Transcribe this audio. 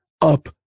up